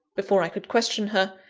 before i could question her,